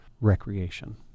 recreation